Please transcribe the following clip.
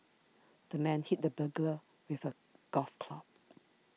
the man hit the burglar with a golf club